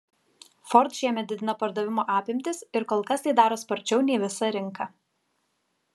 ford šiemet didina pardavimo apimtis ir kol kas tai daro sparčiau nei visa rinka